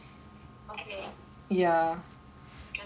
okay interesting